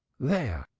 there!